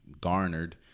garnered